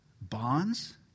bonds